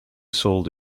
sold